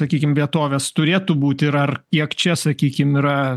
sakykim vietovės turėtų būti ir ar jog čia sakykim yra